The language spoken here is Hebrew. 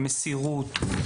המסירות,